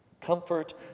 Comfort